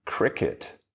Cricket